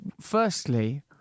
Firstly